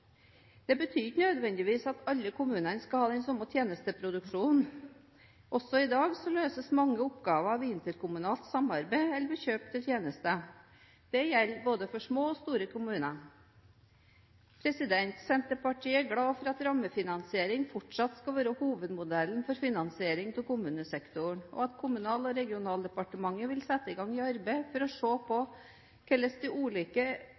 Det betyr ikke nødvendigvis at alle kommunene skal ha den samme tjenesteproduksjonen. Også i dag løses mange oppgaver ved interkommunalt samarbeid eller ved kjøp av tjenester. Det gjelder for både små og store kommuner. Senterpartiet er glad for at rammefinansiering fortsatt skal være hovedmodellen for finansiering av kommunesektoren og at Kommunal- og regionaldepartementet vil sette i gang et arbeid for å se på hvordan de ulike